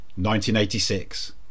1986